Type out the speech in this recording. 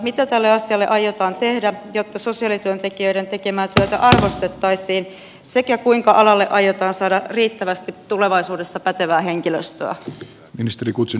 mitä tälle asialle aiotaan tehdä jotta sosiaalityöntekijöiden tekemää työtä arvostettaisiin sekä kuinka alalle aiotaan saada tulevaisuudessa riittävästi pätevää henkilöstöä